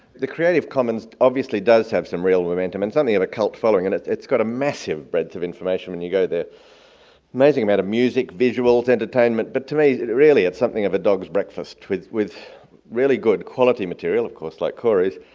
the creative commons obviously does have some real momentum, and something of a cult following, and it's it's got a massive breadth of information when you go there. an amazing amount of music, visuals, entertainment, but to me really it's something of a dog's breakfast, with with really good quality material of course, like cory's,